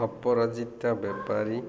ଅପରାଜିିତା ବେପାରୀ